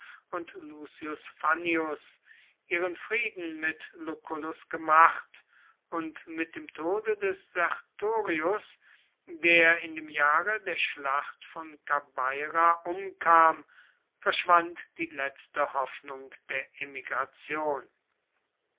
und lucius fannius ihren frieden mit lucullus gemacht und mit dem tode des sertorius der in dem jahre der schlacht von kabeira umkam schwand die letzte hoffnung der emigration